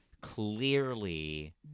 clearly